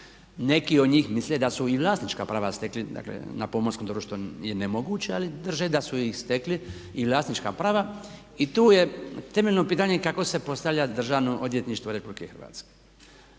Neki od njih misle da su i vlasnička prava stekli, dakle na pomorskom dobru što je nemoguće, ali drže da su ih stekli i vlasnička prava. I tu je temeljno pitanje kako se postavlja Državno odvjetništvo Republike Hrvatske.